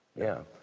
yeah!